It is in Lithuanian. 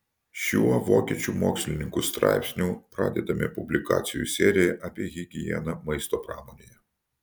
šiuo vokiečių mokslininkų straipsniu pradedame publikacijų seriją apie higieną maisto pramonėje